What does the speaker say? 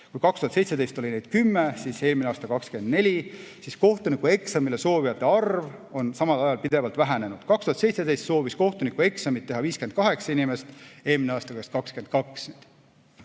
kui 2017 oli neid 10, siis eelmine aasta 24 –, siis kohtunikueksamile soovijate arv on samal ajal pidevalt vähenenud. 2017 soovis kohtunikueksamit teha 58 inimest, eelmine aasta kõigest 22.